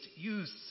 use